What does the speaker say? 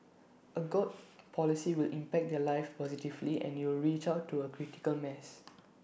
A good policy will impact their lives positively and you'll reach out to A critical mass